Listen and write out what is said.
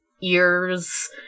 ears